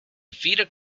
feeder